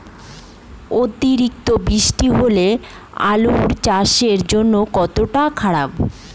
অতিরিক্ত বৃষ্টি হলে আলু চাষের জন্য কতটা খারাপ?